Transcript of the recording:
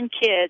kids